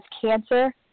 cancer